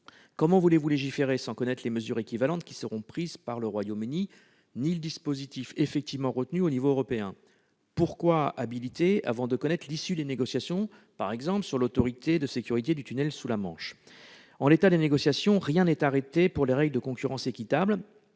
Comment voulez-vous légiférer sans connaître les mesures équivalentes qui seront prises par le Royaume-Uni ni le dispositif effectivement retenu au niveau européen ? Pourquoi donner une habilitation avant de connaître l'issue des négociations sur, par exemple, l'autorité de sécurité du tunnel sous la Manche ? En l'état actuel des négociations, rien n'est arrêté pour ce qui concerne les règles de concurrence équitable.